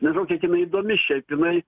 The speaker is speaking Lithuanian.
nežinau kiek jinai įdomi šiaip jinai